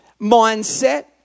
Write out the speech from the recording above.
mindset